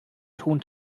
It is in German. ton